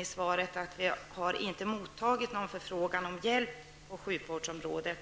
i svaret att Sverige inte har mottagit någon förfrågan om hjälp på sjukvårdsområdet.